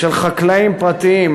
של חקלאים פרטיים,